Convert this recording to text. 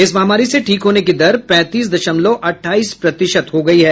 इस महामारी से ठीक होने की दर पैंतीस दशमलव अठाईस प्रतिशत हो गयी है